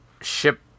ship